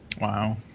wow